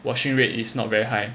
washing rate is not very high